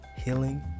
healing